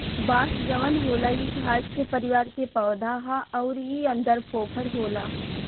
बांस जवन होला इ घास के परिवार के पौधा हा अउर इ अन्दर फोफर होला